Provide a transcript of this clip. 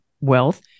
wealth